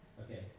Okay